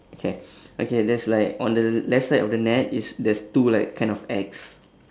okay okay there's like on the left side of the net is there's two like kind of X